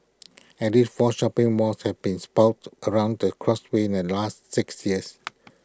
at least four shopping malls have been sprouted across the causeway in the last six years